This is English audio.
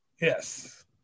Yes